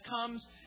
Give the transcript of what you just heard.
comes